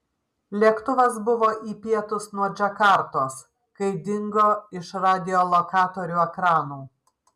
lėktuvas buvo į pietus nuo džakartos kai dingo iš radiolokatorių ekranų